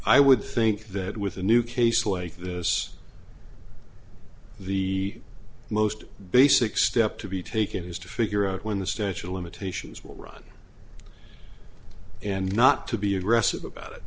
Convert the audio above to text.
i would think that with a new case like this the most basic step to be taken is to figure out when the statue of limitations will run and not to be aggressive about it